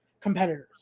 competitors